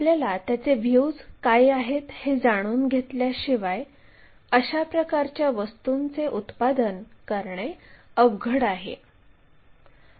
आपल्याला त्याचे व्ह्यूज काय आहेत हे जाणून घेतल्याशिवाय अशा प्रकारच्या वस्तूंचे उत्पादन करणे अवघड आहे